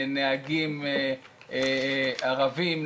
נהגים ערבים,